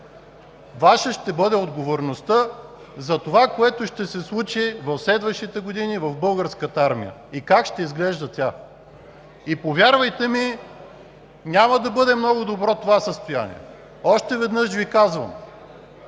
Ваша ще бъде отговорността за това, което ще се случи в следващите години в Българската армия и как ще изглежда тя. Повярвайте ми, няма да бъде много добро това състояние. Още веднъж Ви казвам: